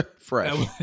Fresh